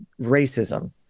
racism